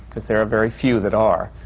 because there are very few that are.